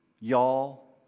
Y'all